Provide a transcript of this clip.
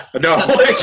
No